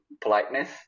politeness